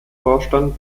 vorstand